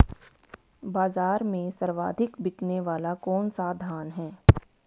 बाज़ार में सर्वाधिक बिकने वाला कौनसा धान है?